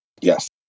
Yes